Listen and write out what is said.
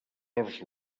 horts